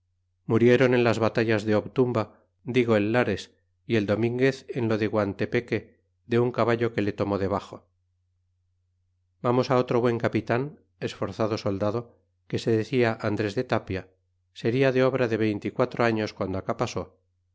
muriéron en las batallas de obtumba digo el lares y el dominguez en lo de guantepeque de un caballo que le tomó debaxo vamos otro buen capitan esforzado soldado que se decía andres de tapia seria de obra tle veinte y quatro años guando ac pasó